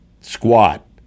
squat